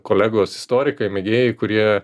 kolegos istorikai mėgėjai kurie